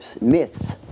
myths